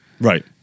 right